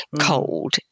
cold